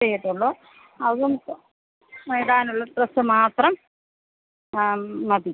ചെയ്യത്തുള്ളൂ അതും ഇപ്പം ഇടാനുള്ള ഡ്രസ്സ് മാത്രം ആ മതി